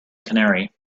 canary